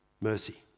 mercy